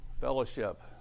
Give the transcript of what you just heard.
Fellowship